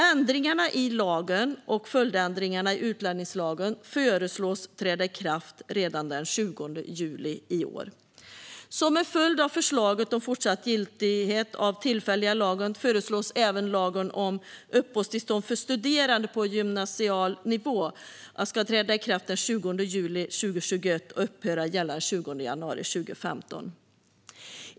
Ändringarna i lagen och följdändringarna i utlänningslagen föreslås träda i kraft redan den 20 juli i år. Som en följd av förslaget om fortsatt giltighet av den tillfälliga lagen föreslås även att lagen om uppehållstillstånd för studerande på gymnasial nivå ska träda i kraft den 20 juli 2021 och upphöra att gälla den 20 januari 2025.